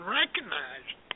recognized